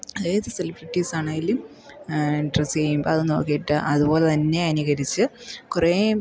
ഏത് സെലിബ്രിറ്റീസ് ആണെങ്കിലും ഡ്രസ്സ് ചെയ്യുമ്പോൾ അത് നോക്കിയിട്ട് അതുപോലെ തന്നെ അനുകരിച്ച് കുറേ